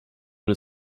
und